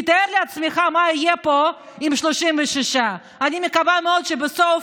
תתאר לעצמך מה יהיה פה עם 36. אני מקווה מאוד שבסוף,